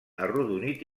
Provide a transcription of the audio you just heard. arrodonit